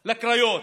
לקריות.